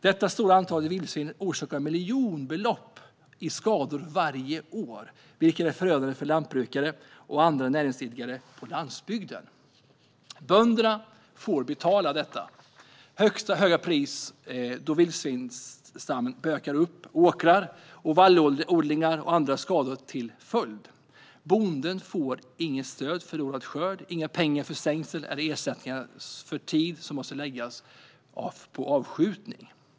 Detta stora antal vildsvin orsakar skador för miljonbelopp varje år, vilket är förödande för lantbrukare och andra näringsidkare på landsbygden. Bönderna får betala det höga priset då vildsvinen bökar upp åkrar och vallodlingar med stora skador till följd. Bönderna får inget stöd för förlorad skörd, inga pengar för stängsel eller ersättning för tid som måste läggas på avskjutning.